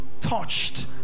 touched